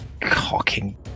cocking